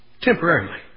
Temporarily